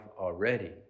already